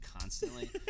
constantly